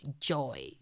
joy